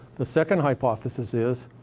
the second hypothesis is.